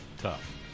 tough